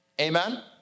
Amen